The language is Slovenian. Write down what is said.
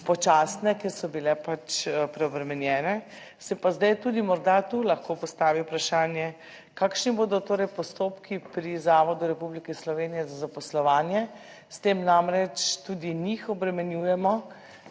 počasne, ker so bile pač preobremenjene, se pa zdaj tudi morda tu lahko postavi vprašanje, kakšni bodo torej postopki pri Zavodu Republike Slovenije za zaposlovanje. S tem namreč tudi njih obremenjujemo,